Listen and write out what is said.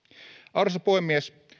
arvoisa puhemies